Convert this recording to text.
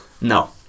No